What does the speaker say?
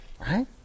right